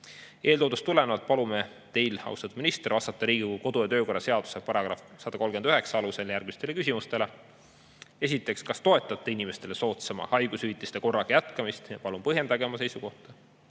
Eeltoodust tulenevalt palume teil, austatud minister, vastata Riigikogu kodu- ja töökorra seaduse § 139 alusel järgmistele küsimustele. Esiteks: kas toetate inimestele soodsama haigushüvitiste korraga jätkamist? Palun põhjendage oma seisukohta.